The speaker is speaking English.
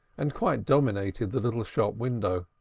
and quite dominated the little shop-window.